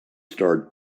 star